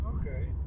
Okay